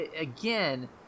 Again